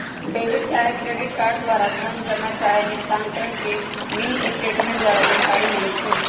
debit चाहे credit card द्वारा धन जमा चाहे निस्तारण के मिनीस्टेटमेंट द्वारा जानकारी मिलइ छै